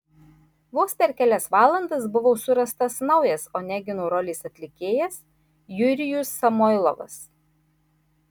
vos per kelias valandas buvo surastas naujas onegino rolės atlikėjas jurijus samoilovas